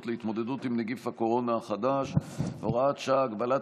להתמודדות עם נגיף הקורונה החדש (הוראת שעה) (הגבלת